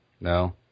No